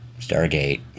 Stargate